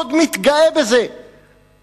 הוא אפילו מתגאה בזה כתשלום,